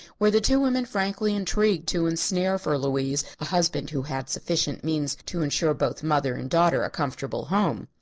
where the two women frankly intrigued to ensnare for louise a husband who had sufficient means to ensure both mother and daughter a comfortable home.